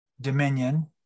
dominion